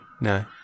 no